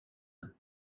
werden